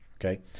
Okay